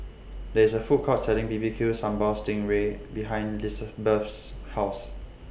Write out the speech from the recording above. There IS A Food Court Selling B B Q Sambal Sting Ray behind Lisbeth's House